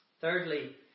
Thirdly